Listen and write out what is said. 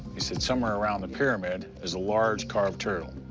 he said somewhere around the pyramid is a large carved turtle.